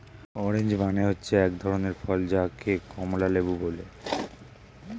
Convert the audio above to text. orange মানে হচ্ছে এক ধরনের ফল যাকে কমলা লেবু বলে